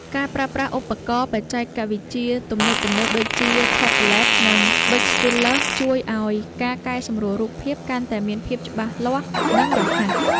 ការប្រើប្រាស់ឧបករណ៍បច្ចេកវិទ្យាទំនើបៗដូចជា ថេប្លេត និង ប៊ិចស្ទីលឡឺស ជួយឱ្យការកែសម្រួលរូបភាពកាន់តែមានភាពច្បាស់លាស់ និងរហ័ស។